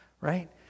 Right